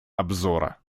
обзора